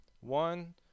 One